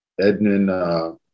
Edmund